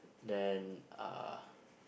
then uh